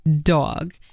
dog